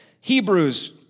Hebrews